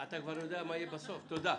תודה.